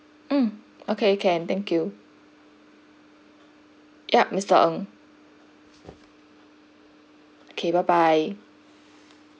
um okay can thank you yup mister ng okay bye bye